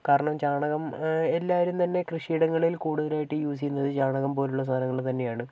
കാരണം ചാണകം എല്ലാവരും തന്നെ കൃഷിയിടങ്ങളിൽ കൂടുതലായിട്ടും യൂസ് ചെയ്യുന്നത് ചാണകം പോലുള്ള സാധനങ്ങൾ തന്നെയാണ്